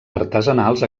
artesanals